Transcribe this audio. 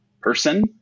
person